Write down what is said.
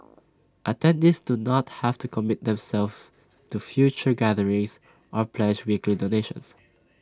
attendees do not have to commit themselves to future gatherings or pledge weekly donations